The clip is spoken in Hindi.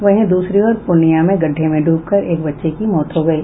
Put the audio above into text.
वहीं द्रसरी ओर पूर्णिया में गड़डे में ड्रबकर एक बच्चे की मौत हो गयी